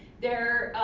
their